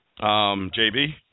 JB